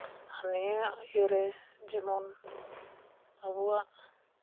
ᱱᱤᱭᱟᱹ ᱤᱭᱟᱹᱨᱮ ᱡᱮᱢᱚᱱ ᱟᱵᱚᱣᱟᱜ